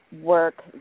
work